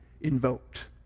invoked